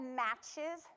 matches